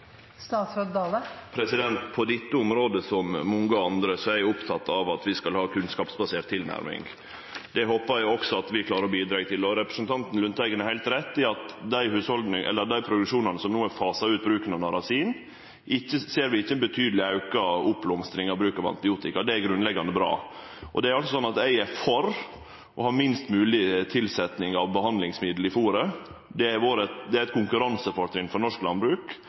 På dette området som på mange andre er eg oppteken av at vi skal ha ei kunnskapsbasert tilnærming. Det håpar eg at vi klarer å bidra til. Representanten Lundteigen har heilt rett i at hos dei produksjonane som har fasa ut bruken av narasin, ser vi ikkje ein betydeleg auke i bruken av antibiotika. Det er grunnleggjande bra. Eg er for å ha minst mogleg tilsetjing av behandlingsmiddel i fôret. Det er eit konkurransefortrinn for norsk landbruk.